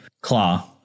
Claw